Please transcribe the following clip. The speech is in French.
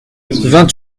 vingt